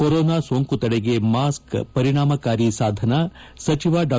corona ಸೋಂಕು ತಡೆಗೆ mask ಪರಿಣಾಮಕಾರಿ ಸಾಧನ ಸಚಿವ ಡಾ